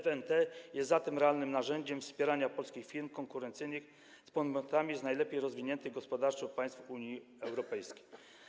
FNT jest zatem realnym narzędziem wspierania polskich firm konkurujących z podmiotami z najlepiej rozwiniętych gospodarczo państw Unii Europejskiej.